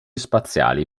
spaziali